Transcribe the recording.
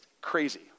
crazy